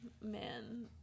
man